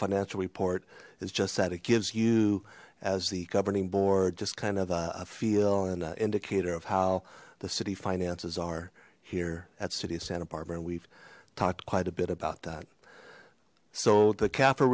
financial report is just that it gives you as the governing board just kind of a feel and an indicator of how the city finances are here at city of santa barbara and we've talked quite a bit about that so the